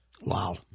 Wow